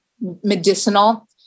medicinal